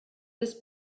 this